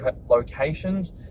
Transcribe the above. locations